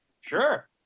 Sure